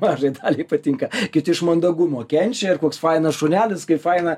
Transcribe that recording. mažai daliai patinka kiti iš mandagumo kenčia ir koks fainas šunelis kaip faina